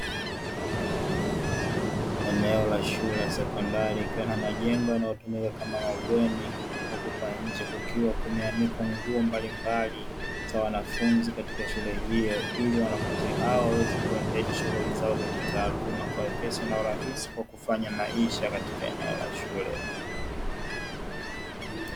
Eneo la shule ya sekondari likiwa na majengo yanayotumika kama mabweni. Huku kwa nje kukiwa kumeanikwa nguo mbalimbali za wanafunzi katika shule hiyo, ili wanafunzi hao waweze kuendesha shughuli zao za kitaaluma kwa wepesi na urahisi kwa kufanya maisha katika eneo la shule.